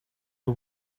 the